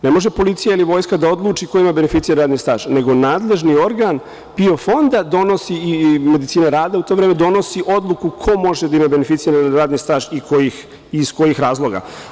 Ne može policija ili vojska da odluči ko ima beneficirani radni staž, nego nadležni organ PIO fonda i medicina rada, u to vreme, donosi odluku ko može da ima beneficirani radni staž i iz kojih razloga.